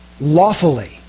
lawfully